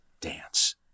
dance